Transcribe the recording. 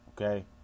okay